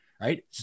right